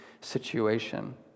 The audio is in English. situation